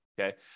Okay